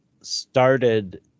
started